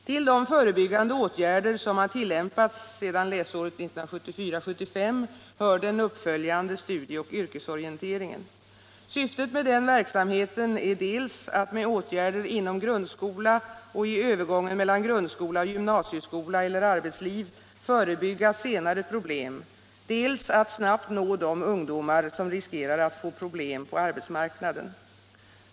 Till de förebyggande åtgärder som har tillämpats sedan läsåret 1974/75 hör den uppföljande studieoch yrkesorienteringen. Syftet med denna verksamhet är dels att med åtgärder inom grundskola och i övergången mellan grundskola och gymnasieskola eller arbetsliv förebygga senare problem, dels att snabbt nå de ungdomar som riskerar att få problem på arbetsmarknaden.